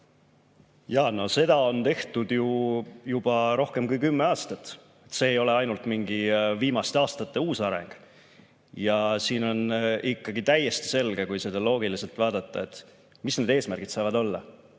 Jaa, seda on tehtud ju juba rohkem kui kümme aastat. See ei ole mingi viimaste aastate uus areng. On ikkagi täiesti selge, kui loogiliselt vaadata, mis need eesmärgid saavad olla.